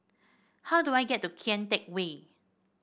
how do I get to Kian Teck Way